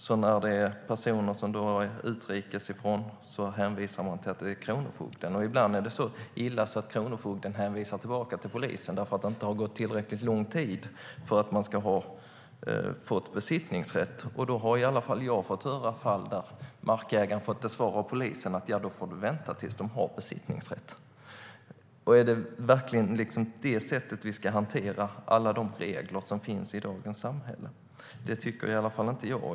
Men när det är personer som kommer utrikes ifrån hänvisar man till kronofogden. Ibland är det så illa att kronofogden hänvisar tillbaka till polisen eftersom det inte har gått tillräckligt lång tid för att de ska ha besittningsrätt. Jag har hört om fall där markägaren fått svaret från polisen att markägaren måste vänta tills de har besittningsrätt. Är det på det sättet vi ska hantera alla regler som finns i dagens samhälle? Det tycker inte jag.